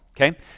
okay